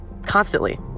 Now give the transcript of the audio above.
Constantly